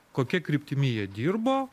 kokia kryptimi jie dirbo